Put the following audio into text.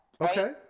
Okay